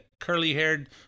curly-haired